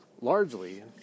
largely